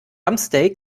rumpsteak